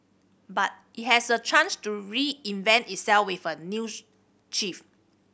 but it has a chance to reinvent itself with a new chief